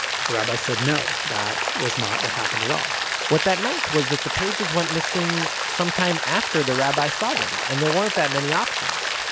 but the rabbi said no, that was not what happened at all what that meant was that the pages went missing sometime after the rabbi saw them, and there weren't that many options.